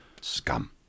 Scum